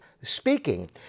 speaking